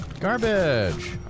Garbage